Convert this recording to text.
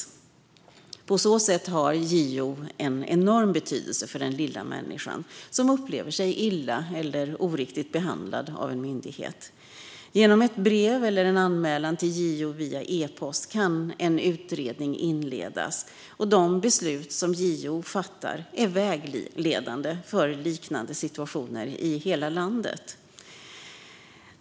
Genom dessa granskningar har JO enorm betydelse för den lilla människan som upplever sig illa eller oriktigt behandlad av en myndighet. Genom ett brev eller en anmälan via e-post till JO kan en utredning inledas, och de beslut som JO fattar är vägledande för liknande situationer i hela landet.